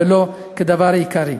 ולא כדבר העיקרי.